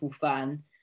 fan